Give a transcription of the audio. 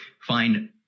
find